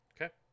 Okay